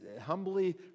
humbly